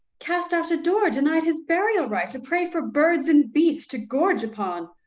cast out a door, denied his burial right, a prey for birds and beasts to gorge upon.